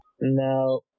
No